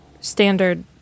standard